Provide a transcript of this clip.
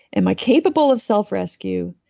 am i capable of self-rescue?